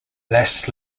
las